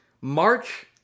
March